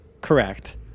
Correct